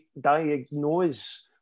diagnose